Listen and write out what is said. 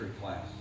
class